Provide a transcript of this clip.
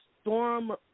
Storm